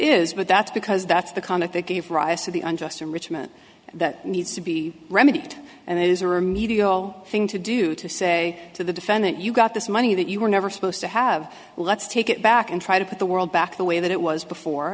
is but that's because that's the conduct that gave rise to the unjust enrichment that needs to be remedied and that is a remedial thing to do to say to the defendant you got this money that you were never supposed to have let's take it back and try to put the world back the way that it was before